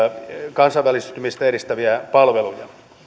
kansainvälistymistä edistäviä palveluja